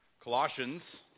Colossians